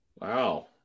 wow